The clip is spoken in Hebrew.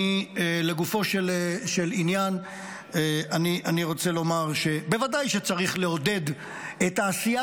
לגופו של עניין אני רוצה לומר שבוודאי צריך לעודד את העשייה,